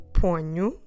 ponho